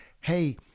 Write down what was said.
hey